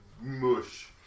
mush